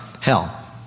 Hell